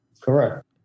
Correct